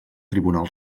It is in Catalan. tribunal